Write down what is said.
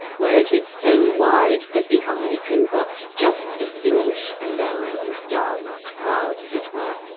where it is so wide that the eye can but just distinguish a low and dark cloud, as it were,